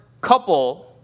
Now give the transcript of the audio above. couple